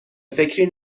فکری